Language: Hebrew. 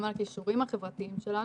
גם על הכישורים החברתיים שלנו.